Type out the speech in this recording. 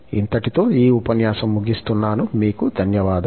ఇంతటితో ఈ ఉపన్యాసం ముగిస్తున్నాను మీకు ధన్యవాదాలు